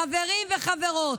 חברים וחברות,